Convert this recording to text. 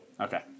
Okay